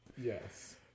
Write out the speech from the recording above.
Yes